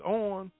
on